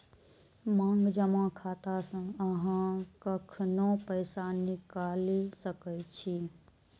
मांग जमा खाता सं अहां कखनो पैसा निकालि सकै छी